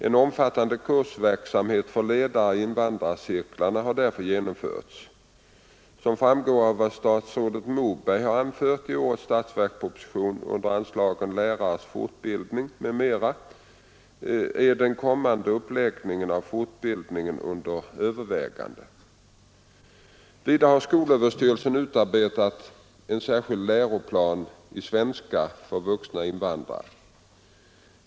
En omfattande kursverksamhet för ledare i invandrarcirklarna har därför genomförts. Som framgår av vad statsrådet Moberg har anfört i årets statsverksproposition under anslaget Lärares fortbildning m.m. är den kommande uppläggningen av fortbildningen under övervägande. Vidare har skolöverstyrelsen utarbetat en särskild läroplan i svenska för vuxna invandrare.